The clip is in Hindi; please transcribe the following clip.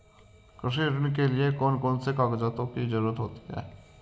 कृषि ऋण के लिऐ कौन से कागजातों की जरूरत होती है?